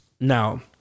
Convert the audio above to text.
Now